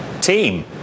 team